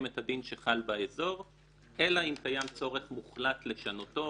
את הדין שחל באזור אלא אם קיים צורך מוחלט לשנותו,